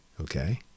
Okay